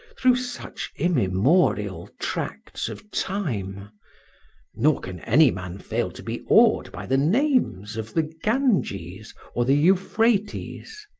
through such immemorial tracts of time nor can any man fail to be awed by the names of the ganges or the euphrates.